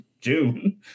June